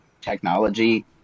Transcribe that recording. technology